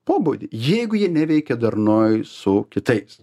pobūdį jeigu jie neveikia darnoj su kitais